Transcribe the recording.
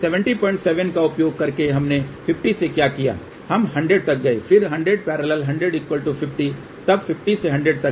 तो इस 707 का उपयोग करके हमने 50 से क्या किया हम 100 तक गए फिर 100 100 50 तब 50 से 100 तक गए